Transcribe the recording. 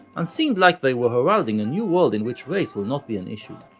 and seemed like they were heralding a new world in which race will not be an issue.